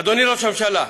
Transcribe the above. אדוני ראש הממשלה,